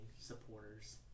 supporters